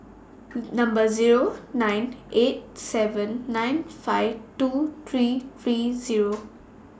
Number Zero nine eight seven nine five two three three Zero